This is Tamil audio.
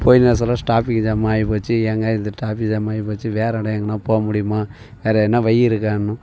போய்ருந்த சொல்ல ஸ்டாஃபிக் ஜாமாக ஆகிப்போச்சு ஏங்க இது ட்ராஃபிக் ஜாம் ஆகிப்போச்சு வேறு இடம் எங்கேனா போக முடியுமா வேறு எதுனா வழி இருக்கான்னோம்